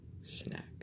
snack